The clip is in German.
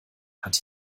hat